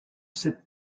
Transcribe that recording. cette